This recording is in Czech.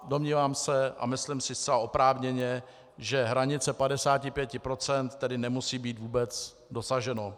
Domnívám se, a myslím si zcela oprávněně, že hranice 55 % nemusí být vůbec dosaženo.